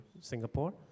Singapore